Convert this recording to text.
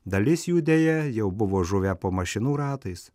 dalis jų deja jau buvo žuvę po mašinų ratais